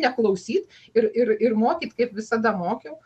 neklausyt ir ir ir mokyt kaip visada mokiau